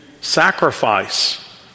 sacrifice